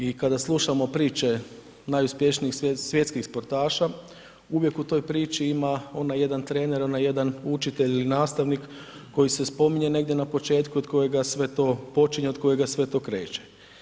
I kada slušamo priče najuspješnijih svjetskih sportaša uvijek u toj priči ima onaj jedan trener, onaj jedan učitelj ili nastavnik koji se spominje negdje na početku od kojega sve to počinje, od kojega sve to kreće.